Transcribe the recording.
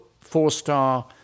four-star